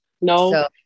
No